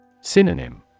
Synonym